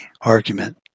argument